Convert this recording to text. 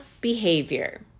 behavior